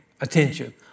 attention